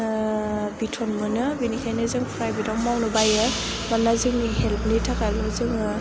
बिथन मोनो बेनिखायनो जों प्राइभेटआव मावनो बायो मानोना जोंनि हेल्पनि थाखायल' जों